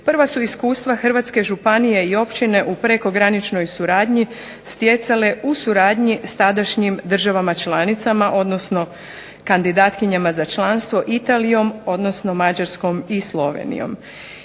prva su iskustva hrvatske županije i općine u prekograničnoj suradnji stjecale u suradnji s tadašnjim državama članicama, odnosno kandidatkinjama za članstvo Italijom, odnosno Mađarskom i Slovenijom.